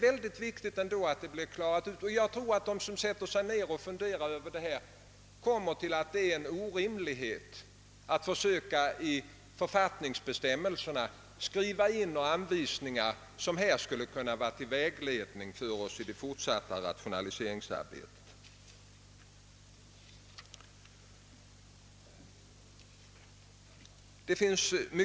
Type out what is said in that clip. Jag tror att de som funderar häröver kommer fram till slutsatsen att det är orimligt att i författningsbestämmelserna skriva in anvisningar till vägledning för oss i det fortsatta rationaliseringsarbetet.